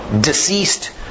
deceased